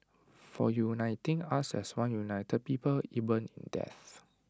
for uniting us as one united people even in death